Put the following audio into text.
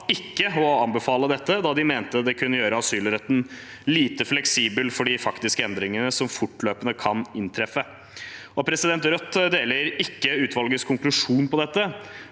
ikke å anbefale dette, da de mente det kunne gjøre asylretten lite fleksibel for de faktiske endringene som fortløpende kan inntreffe. Rødt deler ikke utvalgets konklusjon når det